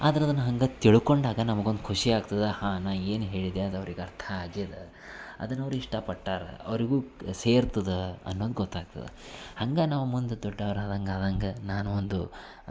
ಆದ್ರೆ ಅದನ್ನು ಹಂಗೆ ತಿಳ್ಕೊಂಡಾಗ ನಮಗೊಂದು ಖುಷಿ ಆಗ್ತದೆ ಹಾಂ ನಾ ಏನು ಹೇಳಿದೆ ಅದು ಅವ್ರಿಗೆ ಅರ್ಥ ಆಗ್ಯದ ಅದನ್ನವ್ರು ಇಷ್ಟಪಟ್ಟಾರ ಅವರಿಗೂ ಸೇರ್ತದೆ ಅನ್ನೋದು ಗೊತ್ತಾಗ್ತದೆ ಹಂಗೆ ನಾವು ಮುಂದೆ ದೊಡ್ಡವ್ರು ಆದಂಗೆ ಆದಂಗೆ ನಾನು ಒಂದು